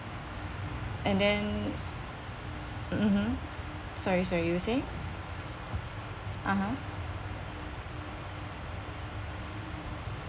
and then mmhmm sorry sorry you're say (uh huh)